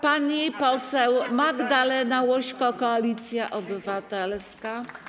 Pani poseł Magdalena Łośko, Koalicja Obywatelska.